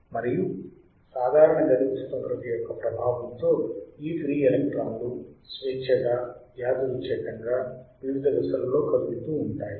మరియు సాధారణ గది ఉష్ణోగ్రత యొక్క ప్రభావంతో ఈ ఫ్రీ ఎలక్ట్రాన్లు స్వేచ్చగా యాదృచ్ఛికంగా వివిధ దిశలలో కదులుతూ ఉంటాయి